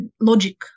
logic